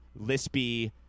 lispy